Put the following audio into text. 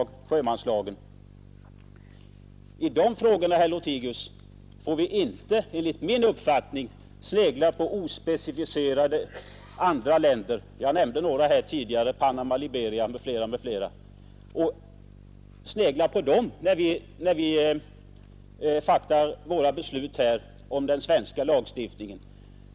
I de här frågorna får vi enligt min uppfattning inte snegla på andra ospecificerade länder när vi utformar den svenska lagstiftningen.